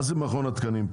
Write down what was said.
מה זה מכון התקנים?